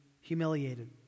humiliated